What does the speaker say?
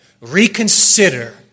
Reconsider